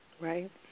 Right